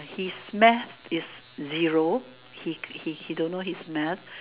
his math is zero he he he don't know his math